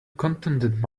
contented